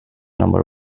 number